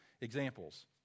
examples